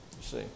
See